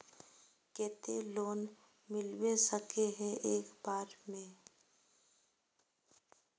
केते लोन मिलबे सके है एक बार में?